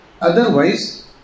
Otherwise